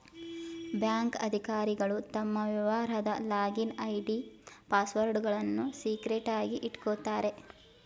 bank ಅಧಿಕಾರಿಗಳು ತಮ್ಮ ವ್ಯವಹಾರದ ಲಾಗಿನ್ ಐ.ಡಿ, ಪಾಸ್ವರ್ಡ್ಗಳನ್ನು ಸೀಕ್ರೆಟ್ ಆಗಿ ಇಟ್ಕೋತಾರೆ